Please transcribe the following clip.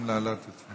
נעזרו באמצעי התקשורת.